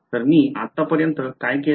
तर मी आतापर्यंत काय केले